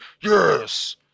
yes